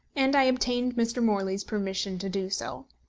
and i obtained mr. morley's permission to do so.